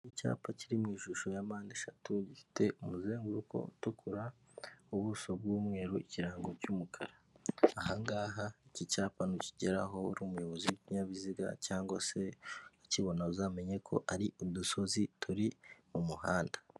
Icyapa kiri mu ishusho ya mpande eshatu gifite umuzenguruko utukura, ubuso bw'umweru, ikirango cy'umukara. ahangaha iki cyapa nukigeraho uri umuyobozi w'ikinyabiziga cyangwa se akibona uzamenye ko ari udusozi turi mu muhanda.